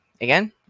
again